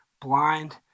blind